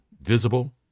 visible